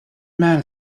men